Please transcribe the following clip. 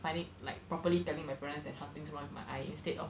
finally like properly telling my parents that something's wrong with my eye instead of